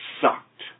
sucked